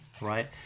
right